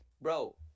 bro